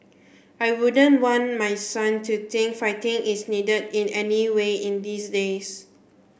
I wouldn't want my son to think fighting is needed in any way in these days